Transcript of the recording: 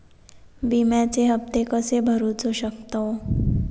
विम्याचे हप्ते कसे भरूचो शकतो?